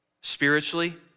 Spiritually